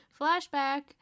flashback